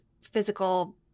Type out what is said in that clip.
physical